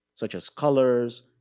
such as colors,